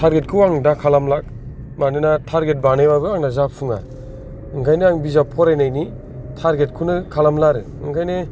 target खौ आं दा खालामला मानोना थारगेथ बानायबाबो आंना जाफुंआ ओंखायनो आं बिजाब फरायनायनि थारगेथ खौनो खालामला आरो ओंखायनो